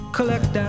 Collect